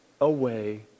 away